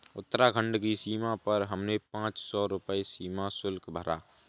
उत्तराखंड की सीमा पर हमने पांच सौ रुपए सीमा शुल्क भरा